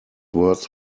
words